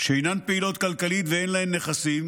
שאינן פעילות כלכלית ואין להן נכסים,